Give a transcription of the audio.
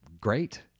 great